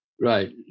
Right